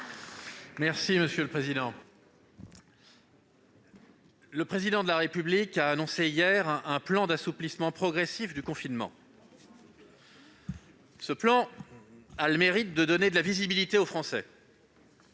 Territoires. Le Président de la République a annoncé hier un plan d'assouplissement progressif du confinement, qui a le mérite de donner de la visibilité aux Français.